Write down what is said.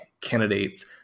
candidates